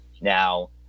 Now